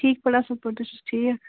ٹھیٖک پٲٹھۍ اَصٕل پٲٹھۍ تُہۍ چھُو ٹھیٖک